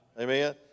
Amen